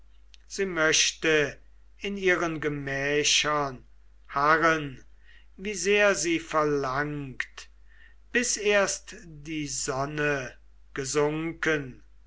sie möcht in ihren gemächern harren wie sehr sie verlangt bis erst die sonne gesunken